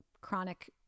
chronic